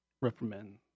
Reprimand